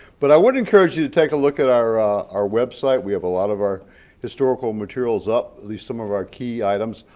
but i would encourage you to take a look at our our website we have a lot of our historical materials up, at least some of our key items.